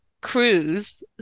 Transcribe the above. cruise